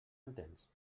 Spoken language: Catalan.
entens